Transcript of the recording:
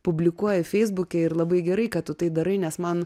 publikuoji feisbuke ir labai gerai kad tai darai nes man